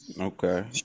Okay